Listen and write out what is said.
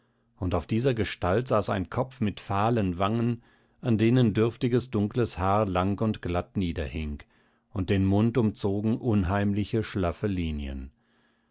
und auf dieser gestalt saß ein kopf mit fahlen wangen an denen dürftiges dunkles haar lang und glatt niederhing und den mund umzogen unheimliche schlaffe linien